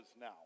now